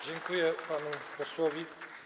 Dziękuję panu posłowi.